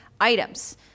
items